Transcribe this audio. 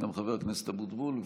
גם חבר הכנסת אבוטבול.